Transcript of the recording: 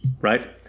right